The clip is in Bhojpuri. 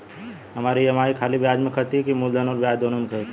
हमार ई.एम.आई खाली ब्याज में कती की मूलधन अउर ब्याज दोनों में से कटी?